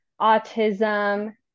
autism